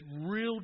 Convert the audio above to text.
real